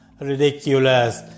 ridiculous